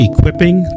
Equipping